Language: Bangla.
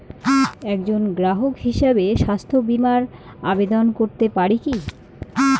একজন গ্রাহক হিসাবে স্বাস্থ্য বিমার আবেদন করতে পারি কি?